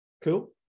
Cool